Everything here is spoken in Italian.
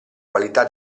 qualità